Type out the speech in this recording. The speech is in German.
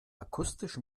akustisch